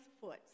foot